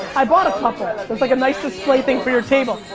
i bought a couple. it's like a nice display thing for your table.